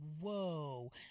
whoa